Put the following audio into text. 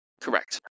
Correct